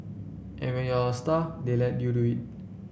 and when you're a star they let you do it